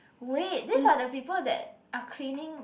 wait these are the people that are cleaning the